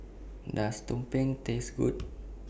Does Tumpeng Taste Good